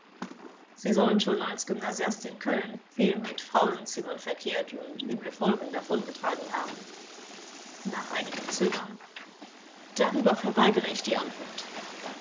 sie sollen schon als gymnasiast in köln viel mit frauenzimmern verkehrt und üble folgen davongetragen haben angekl nach einigem zögern darüber verweigere ich die antwort